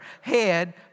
head